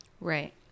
Right